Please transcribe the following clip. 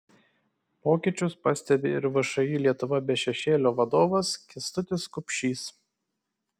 pokyčius pastebi ir všį lietuva be šešėlio vadovas kęstutis kupšys